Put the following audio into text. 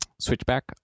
switchback